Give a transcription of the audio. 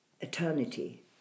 eternity